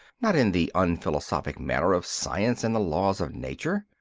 not in the unphilosophic manner of science and the laws of nature.